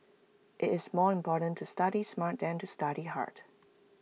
IT is more important to study smart than to study hard